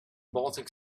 baltic